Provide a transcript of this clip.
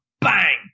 bang